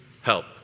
help